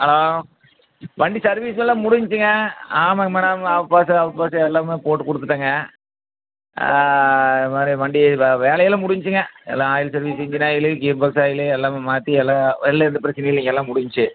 hello வண்டி service எல்லாம் முடிஞ்சுச்சிங்க ஆமாங்க மேடம் எல்லாம் போட்டு கொடுத்துட்டேங்க இதுமாதிரி வண்டி வேலையெல்லாம் முடிஞ்சுச்சிங்க எல்லாம் oil service engine oil gear box oil எல்லாம் மாற்றி எல்லாம் வெளில எந்த பிரச்சனையும் இல்லைங்க எல்லாம் முடிஞ்சுச்சி